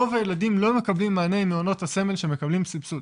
רוב הילדים לא מקבלים מענה עם מעונות הסמל שמקבלים סבסוד.